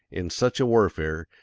in such a warfare,